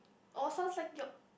oh sounds like your